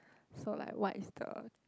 so like what is the